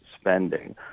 spending